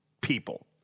people